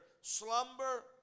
slumber